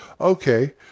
Okay